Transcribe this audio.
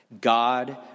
God